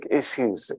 issues